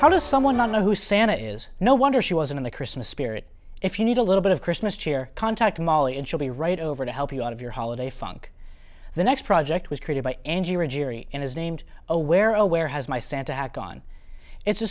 how does someone not know who santa is no wonder she was in the christmas spirit if you need a little bit of christmas cheer contact molly and she'll be right over to help you out of your holiday funk the next project was created by and is named aware oh where has my santa hat gone it's a